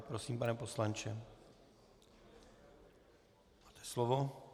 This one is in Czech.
Prosím, pane poslanče, máte slovo.